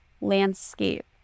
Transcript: landscape